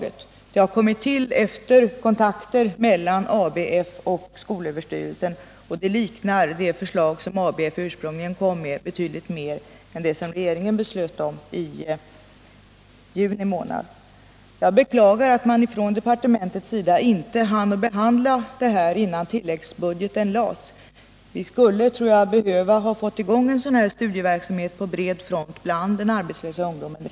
Förslaget har kommit till efter kontakter mellan ABF och skolöverstyrelsen, och det liknar det förslag som ABF ursprungligen kom med betydligt mer än det som regeringen fattade beslut om i juni månad. Jag beklagar att man från departementets sida inte hann behandla förslaget innan tilläggsbudgeten framlades. Vi borde redan ha fått i gång en sådan här studieverksamhet på bred front bland den arbetslösa ungdomen.